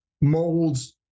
molds